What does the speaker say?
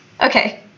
Okay